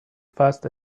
fast